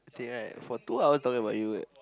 the thing right for two hours right talking about you eh